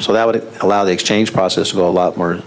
so that would allow the exchange process to go a lot more